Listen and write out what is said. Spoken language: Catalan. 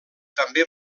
també